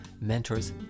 mentors